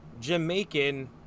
Jamaican